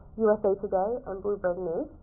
usa today, and bloomberg news.